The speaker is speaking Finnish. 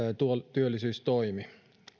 työllisyystoimi